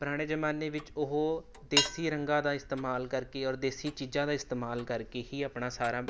ਪੁਰਾਣੇ ਜ਼ਮਾਨੇ ਵਿੱਚ ਉਹ ਦੇਸੀ ਰੰਗਾਂ ਦਾ ਇਸਤੇਮਾਲ ਕਰਕੇ ਔਰ ਦੇਸੀ ਚੀਜ਼ਾਂ ਦਾ ਇਸਤੇਮਾਲ ਕਰਕੇ ਹੀ ਆਪਣਾ ਸਾਰਾ